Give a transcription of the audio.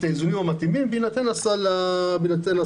האיזונים המתאימים בהינתן הסל הקיים.